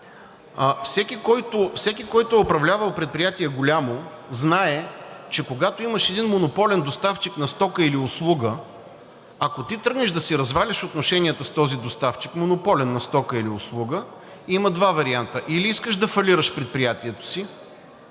Всеки, който е управлявал предприятие – голямо, знае, че когато имаш един монополен доставчик на стока или услуга, ако ти тръгнеш да си разваляш отношенията с този монополен доставчик на стока или услуга, има два варианта: или искаш да фалираш предприятието си,